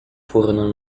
furono